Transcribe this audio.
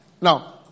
Now